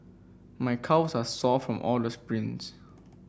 my calves are sore from all the sprints